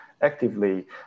actively